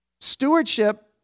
Stewardship